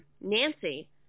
Nancy